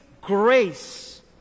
grace